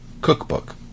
cookbook